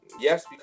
Yes